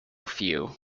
few